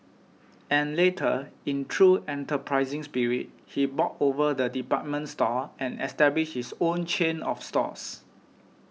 and later in true enterprising spirit he bought over the department store and established his own chain of stores